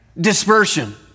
dispersion